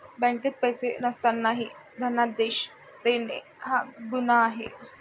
बँकेत पैसे नसतानाही धनादेश देणे हा गुन्हा आहे